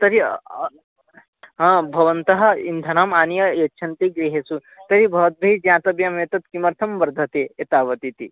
तर्हि भवन्तः इन्धनम् आनीय यच्छन्ति गृहेषु तर्हि भवद्भिः ज्ञातव्यमेतत् किमर्थं वर्धते एतावत् इति